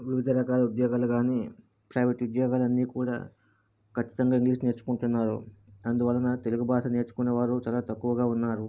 వివిధ రకాల ఉద్యోగాలు కాని ప్రైవేట్ ఉద్యోగాలు అన్నీ కూడ ఖచ్చితంగా ఇంగ్లీష్ నేర్చుకుంటున్నారు అందువలన తెలుగు భాష నేర్చుకునేవారు చాలా తక్కువుగా ఉన్నారు